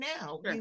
now